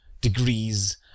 degrees